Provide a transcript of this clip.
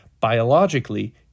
biologically